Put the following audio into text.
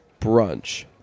brunch